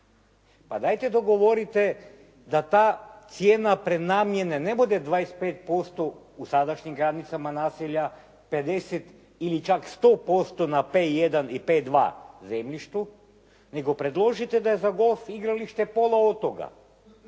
pa dajte dogovorite da ta cijena prenamjene ne bude 25% u sadašnjim granicama naselja, 50 ili čak 100% na P1 I P2 zemljištu, nego predložite da je za golf igralište pola od toga,